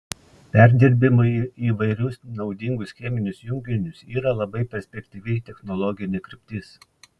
perdirbimui į įvairius naudingus cheminius junginius yra labai perspektyvi technologinė kryptis